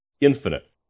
infinite